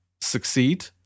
succeed